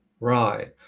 Right